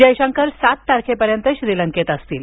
जयशंकर सात तारखेपर्यंत श्रीलंकेत असतील